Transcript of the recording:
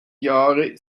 jahre